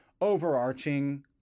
overarching